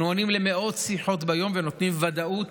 אנחנו עונים למאות שיחות ביום ונותנים ודאות